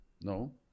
No